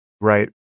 right